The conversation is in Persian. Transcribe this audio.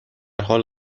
حال